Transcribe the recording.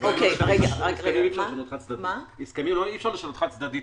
הסכם אי אפשר לשנות חד צדדית.